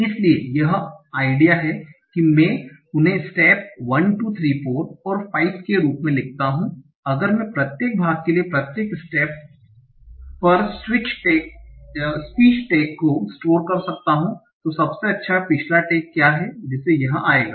इसलिए यह आइडिया है कि मैं उन्हें स्टेप 1 2 3 4 और 5 के रूप में लिखता हूं अगर मैं प्रत्येक भाग के लिए प्रत्येक स्टेप पर स्पीच टैग को स्टोर कर सकता हूं तो सबसे अच्छा पिछला टैग क्या है जिससे यह आयेगा